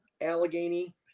Allegheny